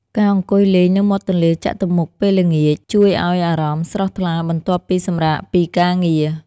ការអង្គុយលេងនៅមាត់ទន្លេចតុមុខពេលល្ងាច ជួយឱ្យអារម្មណ៍ស្រស់ថ្លាបន្ទាប់ពីសម្រាកពីការងារ។